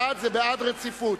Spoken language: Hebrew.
בעד, זה בעד רציפות.